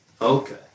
Okay